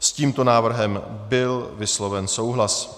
S tímto návrhem byl vysloven souhlas.